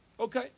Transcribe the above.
Okay